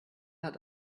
hat